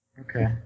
Okay